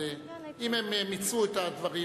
אבל אם הם מיצו את הדברים,